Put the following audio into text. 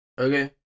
Okay